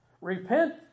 Repent